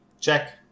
check